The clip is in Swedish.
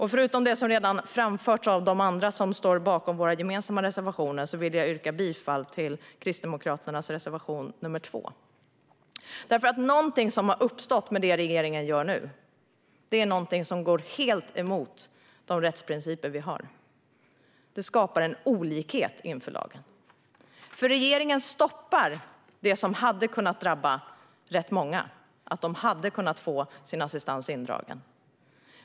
Utöver det som redan har framförts av de andra som står bakom våra gemensamma reservationer vill jag yrka bifall till Kristdemokraternas reservation nr 2. Något har uppstått genom det som regeringen nu gör, vilket går helt emot de rättsprinciper vi har. Det skapar en olikhet inför lagen. Regeringen stoppar det som hade kunnat drabba många: att få sin assistans indragen.